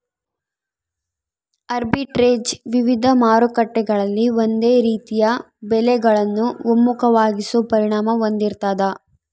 arbitrage ವಿವಿಧ ಮಾರುಕಟ್ಟೆಗಳಲ್ಲಿ ಒಂದೇ ರೀತಿಯ ಬೆಲೆಗಳನ್ನು ಒಮ್ಮುಖವಾಗಿಸೋ ಪರಿಣಾಮ ಹೊಂದಿರ್ತಾದ